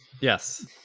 Yes